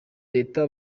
leta